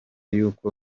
y’uko